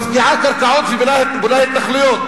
מפקיעה קרקעות ובונה התנחלויות,